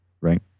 right